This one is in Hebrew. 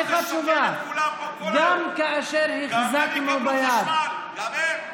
גם כאשר, בוא ליד הבית שלי,